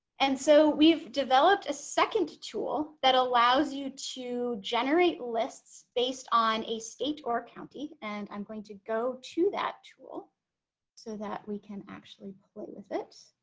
and so we've developed a second tool that allows you to generate lists based on a state or county and i'm going to go to that tool so that we can actually play with it